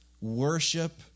worship